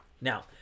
Now